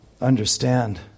Understand